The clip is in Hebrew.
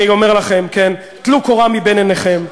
אני אומר לכם: טלו קורה מבין עיניכם,